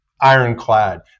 ironclad